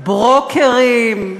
ברוקרים,